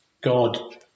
God